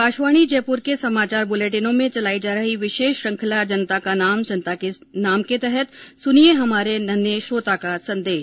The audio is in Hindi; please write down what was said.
आकाशवाणी जयपुर के समाचार बुलेटिनों में चलाई जा रही विशेष श्रुखंला जनता का संदेश जनता के नाम के तहत सुनिये हमारे नन्हे श्रोता का संदेश